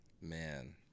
Man